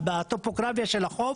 בטופוגרפיה של החוף.